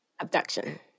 Abduction